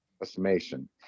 estimation